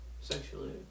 sexually